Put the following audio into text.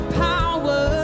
power